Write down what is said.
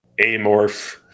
amorph